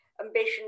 ambition